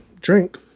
drink